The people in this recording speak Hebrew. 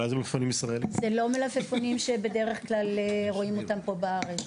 זה לא מלפפונים שבדרך כלל רואים אותם פה בארץ.